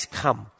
come